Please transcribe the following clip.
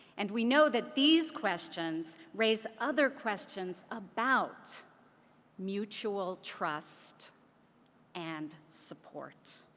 and we know that these questions raise other questions about mutual trust and support.